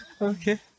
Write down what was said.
Okay